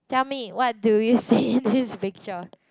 tell me what do you see in this picture